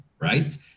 right